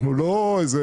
אנחנו לא איזו